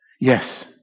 Yes